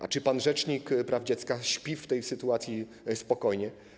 A czy pan rzecznik praw dziecka w tej sytuacji śpi spokojnie?